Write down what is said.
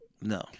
No